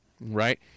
right